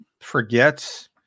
forgets